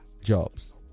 jobs